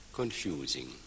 confusing